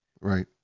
Right